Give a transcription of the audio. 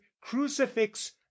crucifix